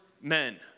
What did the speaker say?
men